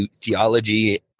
theology